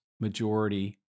majority